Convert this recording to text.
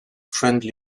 friendly